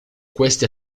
queste